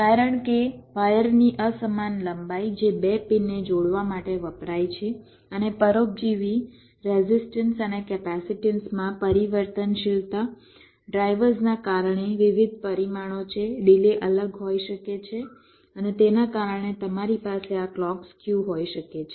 કારણ કે વાયરની અસમાન લંબાઈ જે બે પિનને જોડવા માટે વપરાય છે અને પરોપજીવી રેઝિસ્ટન્સ અને કેપેસિટન્સ માં પરિવર્તનશીલતા ડ્રાઇવર્સ નાં કારણે વિવિધ પરિમાણો છે ડિલે અલગ હોઈ શકે છે અને તેના કારણે તમારી પાસે આ ક્લૉક સ્ક્યુ હોય શકે છે